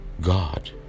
God